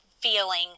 feeling